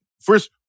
first